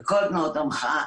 על כל תנועות המחאה,